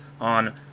on